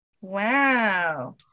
Wow